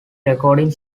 recording